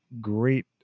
great